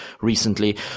recently